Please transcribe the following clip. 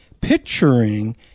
picturing